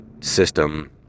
system